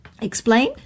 Explain